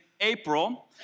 April